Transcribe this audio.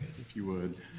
if you would.